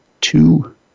two